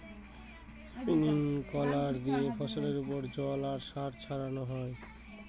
sprinkler দিয়ে ফসলের ওপর জল আর সার ছড়ানো হয়